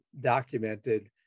documented